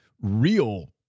real